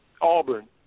Auburn